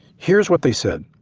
here's what they said.